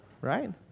Right